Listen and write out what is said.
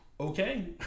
Okay